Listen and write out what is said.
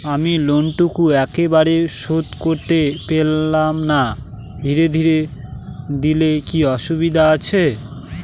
আমি লোনটুকু একবারে শোধ করতে পেলাম না ধীরে ধীরে দিলে কি অসুবিধে আছে?